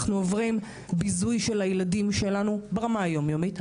אנחנו עוברים ביזוי של הילדים שלנו ברמה היומיומית,